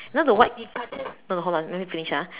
you know the white no no hold on let me finish ah